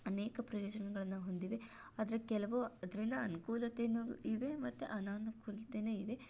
ಅನೇಕ ಪ್ರಯೋಜನಗಳನ್ನು ಹೊಂದಿವೆ ಆದರೆ ಕೆಲವು ಅದರಿಂದ ಅನುಕೂಲತೆಯೂ ಇವೆ ಮತ್ತೆ ಅನಾನುಕೂಲತೆಯೂ ಇವೆ